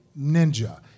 ninja